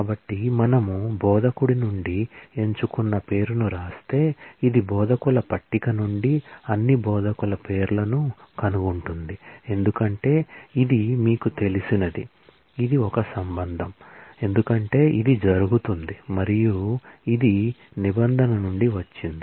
కాబట్టి మనము బోధకుడి నుండి ఎంచుకున్న పేరును వ్రాస్తే ఇది బోధకుల పట్టిక నుండి అన్ని బోధకుల పేర్లను కనుగొంటుంది ఎందుకంటే ఇది మీకు తెలిసినది ఇది ఒక రిలేషన్ ఎందుకంటే ఇది జరుగుతోంది మరియు ఇది నిబంధన నుండి వచ్చింది